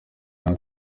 nawe